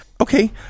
Okay